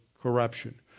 corruption